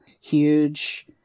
huge